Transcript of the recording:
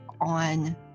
on